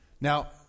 Now